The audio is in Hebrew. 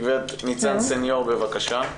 גברת ניצן סניור בבקשה.